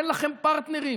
אין לכם פרטנרים.